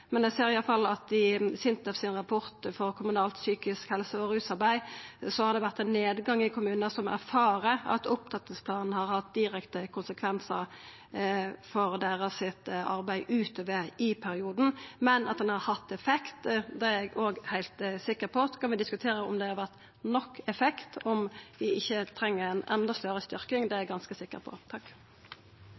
men eg ser i alle fall at i SINTEF-rapporten Kommunalt psykisk helse- og rusarbeid har det vore ein nedgang i kommunar som erfarer at opptrappingsplanen har hatt direkte konsekvensar for deira arbeid utover i perioden. Men at han har hatt effekt, er eg òg heilt sikker på. Så kan vi diskutera om det har vore nok effekt, og om vi ikkje treng ei enda større styrking. Det er eg ganske sikker på.